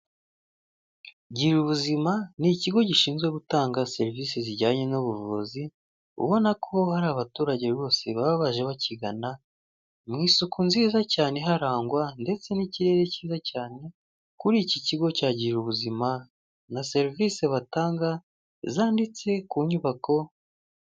Gira ubuzima ni ikigo gishinzwe gutanga serivise zijyanye n'ubuvuzi, ubona ko hari abaturage rwose baba baje bakigana, mu isuku nziza cyane iharangwa ndetse n'ikirere cyiza cyane, kuri iki kigo cya gira ubuzima na serivise batanga zanditse ku nyubako.